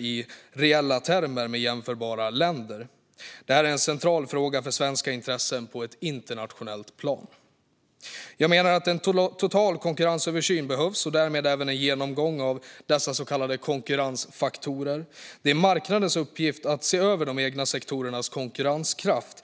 i reella termer med jämförbara länder. Det är en central fråga för svenska intressen på ett internationellt plan. Jag menar att en total konkurrensöversyn behövs och därmed även en genomgång av dessa så kallade konkurrensfaktorer. Det är marknadens uppgift att se över de egna sektorernas konkurrenskraft.